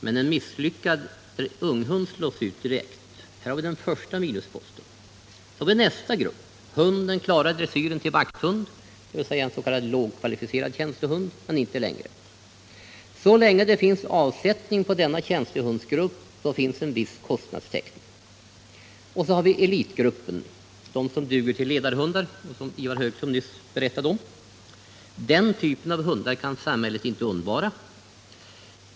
Men en misslyckad unghund slås ut direkt. Här har vi den första minusposten. Sedan har vi nästa grupp: Hunden klarar dressyren till vakthund, dvs. en s.k. lågkvalificerad tjänstehund, men inte längre. Så länge det finns avsättning för denna tjänstehundsgrupp föreligger en viss kostnadstäckning. Slutligen har vi elitgruppen — de hundar som duger till ledarhundar och som Ivar Högström nyss berättade om. Den typen av hundar kan samhället inte undvara.